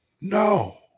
No